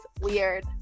weird